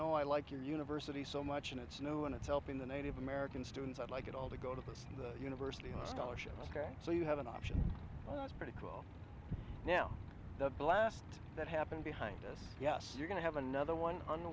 know i like your university so much and it's new and it's helping the native american students i'd like it all to go to this university scholarship ok so you have an option that's pretty cool now the blast that happened behind us yes you're going to have another one on